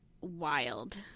wild